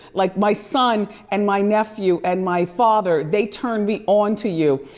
like my son and my nephew and my father, they turn me on to you.